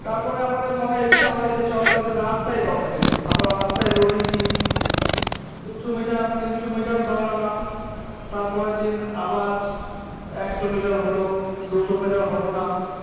তারপরে আমাদের মনে ইচ্ছা হয় যে চলো একদিন রাস্তায় দৌড়াই আমরা রাস্তায় দৌড়িয়েছি দুশো মিটার তিনশো মিটার দৌড়ালাম তারপরের দিন আবার একশো মিটার হল দুশো মিটার হল না